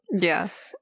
Yes